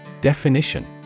Definition